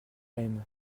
aime